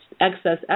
excess